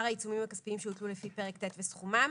העיצומים הכספיים שהוטלו לפי פרק ט' וסכומם